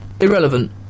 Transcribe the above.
irrelevant